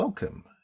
Welcome